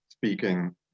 speaking